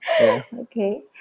Okay